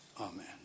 Amen